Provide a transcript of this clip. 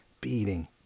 beating